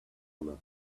honor